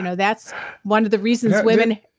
you know that's one of the reasons women.